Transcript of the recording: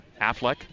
Affleck